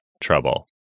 trouble